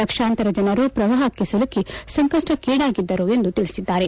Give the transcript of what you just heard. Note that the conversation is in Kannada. ಲಕ್ಷಾಂತರ ಜನರು ಪ್ರವಾಹಕ್ಕೆ ಸಿಲುಕಿ ಸಂಕಷ್ಟಕ್ಕಿಡಾಗಿದ್ದರು ಎಂದು ತಿಳಿಸಿದ್ದಾರೆ